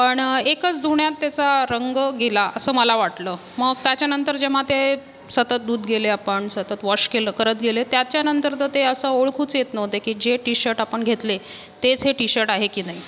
पण एकाच धुण्यात त्याचा रंग गेला असं मला वाटलं मग त्याच्यानंतर जेव्हा ते सतत धूत गेले आपण सतत वॉश केलं करत गेले त्याच्यानंतर तर ते असं ओळखूच येत नव्हते की जे टी शर्ट आपण घेतले तेच हे टी शर्ट आहे की नाही